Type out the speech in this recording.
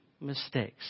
mistakes